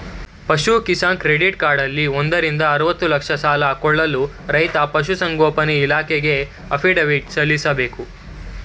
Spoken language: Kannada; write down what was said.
ಪಶು ಕಿಸಾನ್ ಕ್ರೆಡಿಟ್ ಕಾರ್ಡಲ್ಲಿ ಒಂದರಿಂದ ಅರ್ವತ್ತು ಲಕ್ಷ ಸಾಲ ಕೊಳ್ಳಲು ರೈತ ಪಶುಸಂಗೋಪನೆ ಇಲಾಖೆಗೆ ಅಫಿಡವಿಟ್ ಸಲ್ಲಿಸ್ಬೇಕು